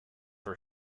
for